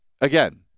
again